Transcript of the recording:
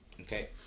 okay